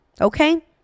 Okay